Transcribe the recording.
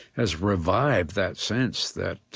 has revived that sense that